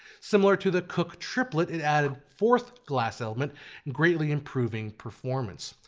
similar to the cooke triplet, it added a fourth glass element greatly improving performance.